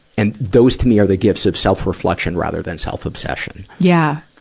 and those, to me, are the gifts of self-reflection rather than self-obsession. yeah.